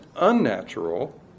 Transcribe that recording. unnatural